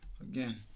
Again